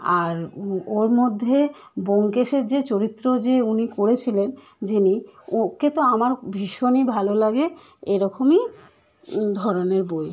আর ওর মধ্যে ব্যোমকেশের যে চরিত্র যে উনি করেছিলেন যিনি ওকে তো আমার ভীষণই ভালো লাগে এরকমই ধরনের বই